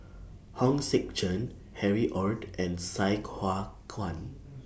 Hong Sek Chern Harry ORD and Sai Hua Kuan